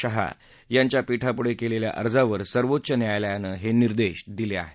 शहा यांच्या पीठापूढे केलेल्या अर्जावर सर्वोच्च न्यायालयानं निर्देश दिले आहेत